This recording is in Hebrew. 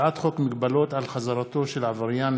הצעת חוק מגבלות על חזרתו של עבריין